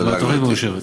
התוכנית מאושרת.